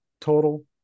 total